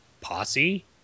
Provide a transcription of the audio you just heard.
posse